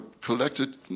collected